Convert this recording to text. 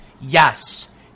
Yes